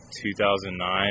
2009